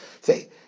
Say